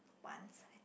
one